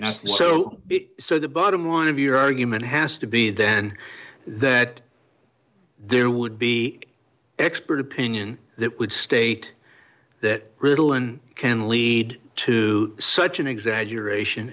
not so big so the bottom line of your argument has to be then that there would be expert opinion that would state that ritalin can lead to such an exaggeration